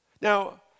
Now